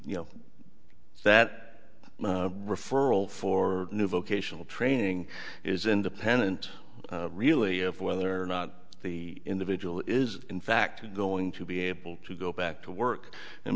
you know that referral for new vocational training is independent really of whether or not the individual is in fact going to be able to go back to work